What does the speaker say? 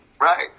Right